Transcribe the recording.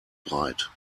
breit